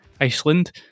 Iceland